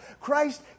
Christ